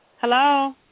Hello